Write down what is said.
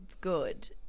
good